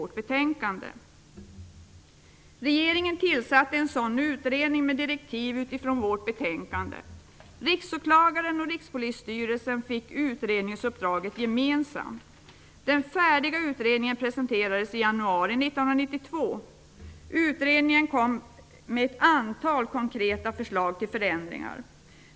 Regeringen tillsatte en sådan utredning med direktiv som hämtats från vårt betänkande. Riksåklagaren och Rikspolisstyrelsen fick utredningsuppdraget gemensamt. Den färdiga utredningen presenterades i januari 1992. Utredningen kom fram till ett antal konkreta förslag till förändringar.